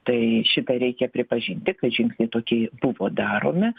tai šitą reikia pripažinti kad žingsniai tokie buvo daromi